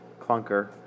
clunker